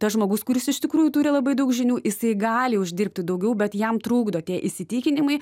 tas žmogus kuris iš tikrųjų turi labai daug žinių jisai gali uždirbti daugiau bet jam trukdo tie įsitikinimai